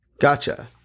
Gotcha